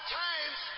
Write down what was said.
times